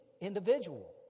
individual